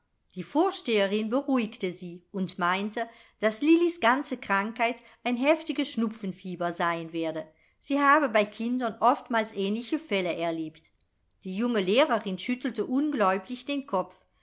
die vorsteherin beruhigte sie und meinte daß lillis ganze krankheit ein heftiges schnupfenfieber sein werde sie habe bei kindern oftmals ähnliche fälle erlebt die junge lehrerin schüttelte ungläubig den kopf